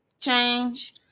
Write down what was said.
change